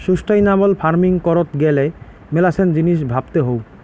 sustainable farming করত গ্যালে মেলাছেন জিনিস ভাবতে হউ